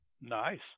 Nice